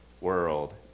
world